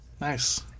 Nice